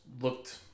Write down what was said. looked